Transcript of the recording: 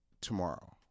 tomorrow